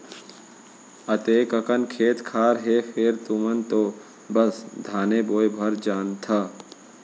अतेक अकन खेत खार हे फेर तुमन तो बस धाने बोय भर जानथा